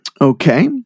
Okay